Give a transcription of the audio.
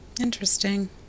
Interesting